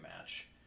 match